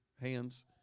Hands